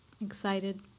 excited